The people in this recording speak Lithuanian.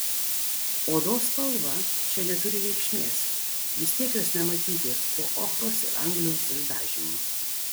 odos spalva čia neturi reikšmės vis tiek jos nematyti po ochros ir anglių išdažymu